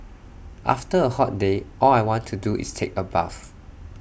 after A hot day all I want to do is take A bath